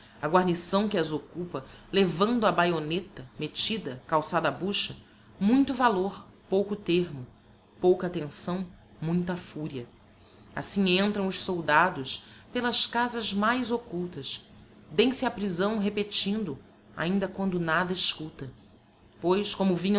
a guarnição que as occupa levando a baioneta mettida calçada a buxa muito valor pouco termo pouca attenção muita furia assim entram os soldados pelas casas mais occultas dem se á prisão repetindo ainda quando nada escuta pois como vinham